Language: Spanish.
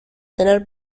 tener